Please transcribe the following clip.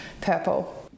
purple